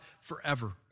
forever